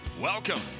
Welcome